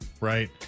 right